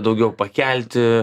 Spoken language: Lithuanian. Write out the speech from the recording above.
daugiau pakelti